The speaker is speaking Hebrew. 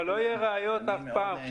אבל לא יהיו ראיות אף פעם.